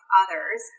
others